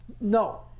No